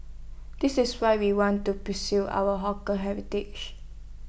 this is why we want to our hawker heritage